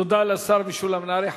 תודה לשר משולם נהרי.